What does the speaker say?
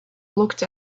looked